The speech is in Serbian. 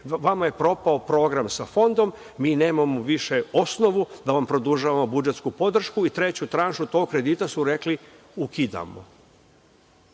vama je propao program sa Fondom, mi nemamo više osnovu da vam produžavamo budžetsku podršku, i treću tranšu tog kredita su rekli – ukidamo.